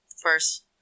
first